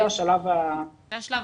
זה השלב הקל.